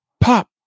pop